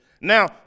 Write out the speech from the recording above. now